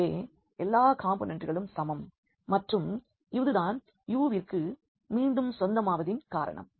எனவே எல்லா காம்போனெண்ட்களும் சமம் மற்றும் இது தான் U விற்கு மீண்டும் சொந்தமாவதின் காரணம்